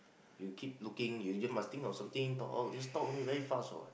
you keep looking you here must think of something talk out just talk very only fast what